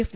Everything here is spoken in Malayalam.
എഫ്